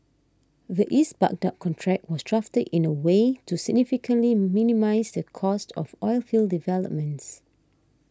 the East Baghdad contract was drafted in a way to significantly minimise the cost of oilfield developments